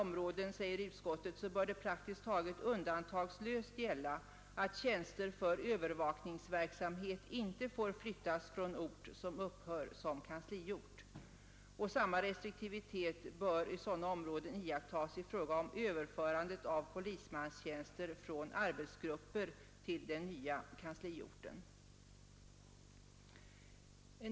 Utskottet uttalar att det inom sådana områden praktiskt taget undantagslöst bör gälla att tjänster för övervakningsverksamhet inte får flyttas från ort som upphört som kansliort. Samma restriktivitet bör inom sådana områden iakttas i fråga om överförandet av polismanstjänster från arbetsgrupper till den nya kansliorten.